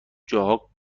جاها